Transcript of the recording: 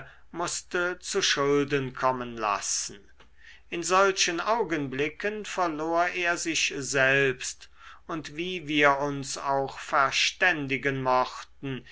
mußte zuschulden kommen lassen in solchen augenblicken verlor er sich selbst und wie wir uns auch verständigen mochten